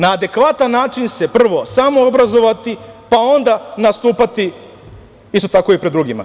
Na adekvatan način se prvo samoobrazovati, pa onda nastupati isto tako i pred drugima.